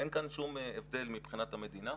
אין כאן שום הבדל מבחינת המדינה.